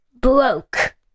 broke